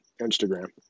Instagram